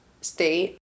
state